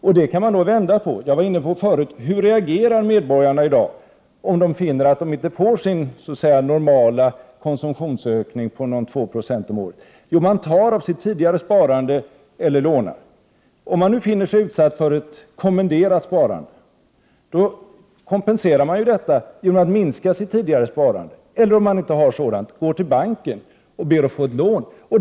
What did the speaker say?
Man kan vända på detta resonemang och fråga sig: Hur reagerar medborgarna i dag om de finner att de inte får sin ”normala” konsumtionsökning på ca 2 70 om året? Jo, man tar av sitt tidigare sparande eller lånar. Om man finner sig vara utsatt för ett kommenderat sparande, kompenserar man detta genom att minska sitt tidigare sparande eller — om man inte har något sådant — går till banken och ber att få ett lån.